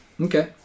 Okay